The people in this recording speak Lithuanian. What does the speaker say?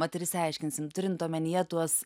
vat ir išsiaiškinsim turint omenyje tuos